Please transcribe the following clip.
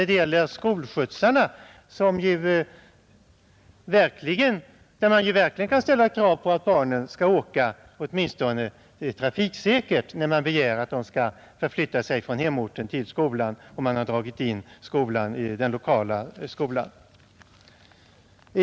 Det gäller skolskjutsarna, där man ju verkligen kan ställa krav på att barnen åtminstone åker trafiksäkert när man begär att de skall förflytta sig från hemorten till skolan, sedan man dragit in den lokala skolan.